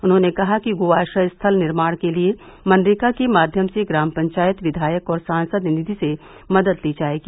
उन्होंने कहा कि गो आश्रय स्थल निर्माण के लिये मनरेगा के माध्यम से ग्राम पंचायत विधायक और सांसद निधि से मदद ली जायेगी